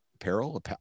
Apparel